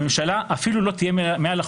הממשלה אפילו לא תהיה מעל לחוק.